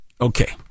okay